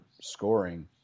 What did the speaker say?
scoring